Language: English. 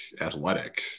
athletic